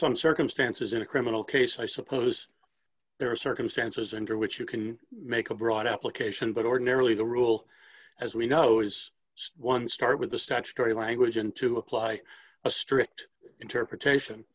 some circumstances in a criminal case i suppose there are circumstances under which you can make a broad application but ordinarily the rule as we know d is one start with the statutory language and to apply a strict interpretation